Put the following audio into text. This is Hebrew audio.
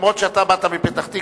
אף-על-פי שאתה באת מפתח-תקווה,